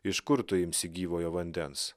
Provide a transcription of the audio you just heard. iš kur tu imsi gyvojo vandens